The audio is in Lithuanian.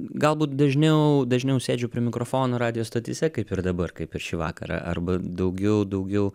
galbūt dažniau dažniau sėdžiu prie mikrofono radijo stotyse kaip ir dabar kaip ir šį vakarą arba daugiau daugiau